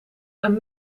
een